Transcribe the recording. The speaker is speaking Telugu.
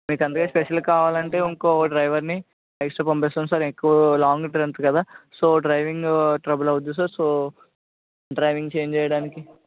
మీకు అంతగా స్పెషల్గా కావాలి అంటే ఇంకొక డ్రైవర్ని ఎక్స్ట్రా పంపిస్తాను సార్ ఎక్కువ లాంగ్ డిస్టెన్స్ కదా సో డ్రైవింగ్ ట్రబుల్ అవుతుంది సార్ సో డ్రైవింగ్ చేంజ్ చేయడానికి